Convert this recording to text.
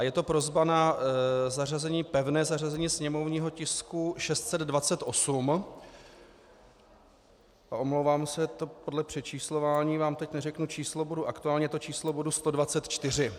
Je to prosba na pevné zařazení sněmovního tisku 628 omlouvám se, teď podle přečíslování vám neřeknu číslo bodu, aktuálně je to číslo bodu 124.